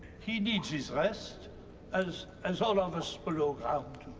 he needs his rest as as all of us below ground